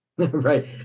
Right